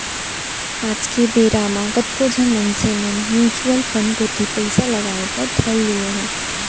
आज के बेरा म कतको झन मनसे मन म्युचुअल फंड कोती पइसा लगाय बर धर लिये हें